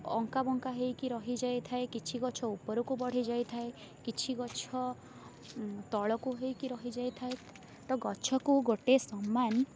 ଅଙ୍କା ବଙ୍କା ହେଇକି ରହିଯାଇଥାଏ କିଛି ଗଛ ଉପରକୁ ବଢ଼ି ଯାଇଥାଏ କିଛି ଗଛ ତଳକୁ ହେଇକି ରହିଯାଇଥାଏ ତ ଗଛକୁ ଗୋଟେ ସମାନ୍